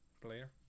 player